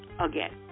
again